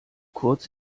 kurz